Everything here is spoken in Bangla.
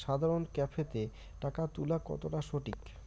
সাধারণ ক্যাফেতে টাকা তুলা কতটা সঠিক?